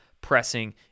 pressing